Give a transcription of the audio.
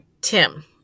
Tim